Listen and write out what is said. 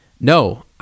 No